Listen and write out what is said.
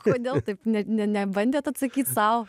kodėl taip nė nebandė atsakyti sau